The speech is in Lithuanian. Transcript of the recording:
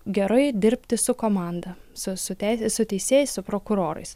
gerai dirbti su komanda su su teisės su teisėjais su prokurorais